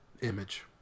image